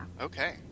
Okay